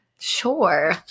Sure